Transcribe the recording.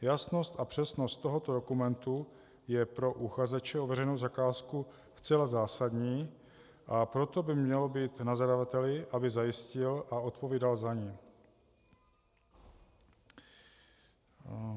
Jasnost a přesnost tohoto dokumentu je pro uchazeče o veřejnou zakázku zcela zásadní, a proto by mělo být na zadavateli, aby zajistil a odpovídal za ni.